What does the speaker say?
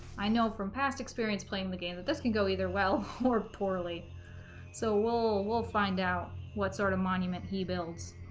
i know from past experience playing the game that this can go either well or poorly so we'll we'll find out what sort of monument he builds